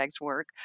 work